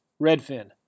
redfin